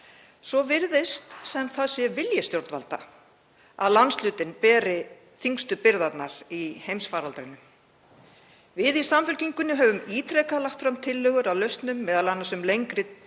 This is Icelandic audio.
Svo virðist sem það sé vilji stjórnvalda að landshlutinn beri þyngstu byrðarnar í heimsfaraldrinum. Við í Samfylkingunni höfum ítrekað lagt fram tillögur að lausnum, m.a. um lengri tímabil